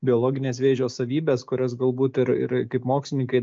biologinės vėžio savybės kurios galbūt ir ir kaip mokslininkai